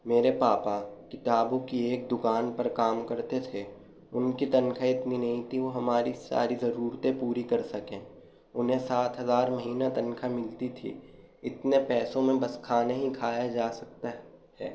میرے پاپا کتابوں کی ایک دکان پر کام کرتے تھے ان کی تنخواہ اتنی نہیں تھی وہ ہماری ساری ضرورتیں پوری کر سکیں انہیں سات ہزار مہینہ تنخواہ ملتی تھی اتنے پیسوں میں بس کھانا ہی کھایا جا سکتا ہے